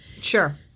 sure